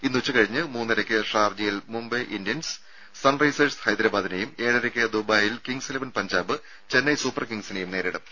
ഇന്ന് ഉച്ചകഴിഞ്ഞ് മൂന്നരയ്ക്ക് ഷാർജയിൽ മുംബൈ ഇന്ത്യൻസ് സൺറൈസസ് ഹൈദരബാദിനെയും ഏഴരയ്ക്ക് ദുബൈയിൽ Kings Eleven Punjab Chennai super കിംഗ്സിനെയും നേരിടും